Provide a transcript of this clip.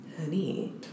Honey